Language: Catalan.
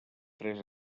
tres